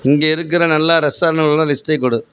இங்கே இருக்கிற நல்லா ரெஸ்டாரன்ட்டுகளோட லிஸ்ட்டை கொடு